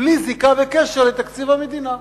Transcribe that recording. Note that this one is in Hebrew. בלי זיקה וקשר לתקציב המדינה,